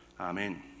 Amen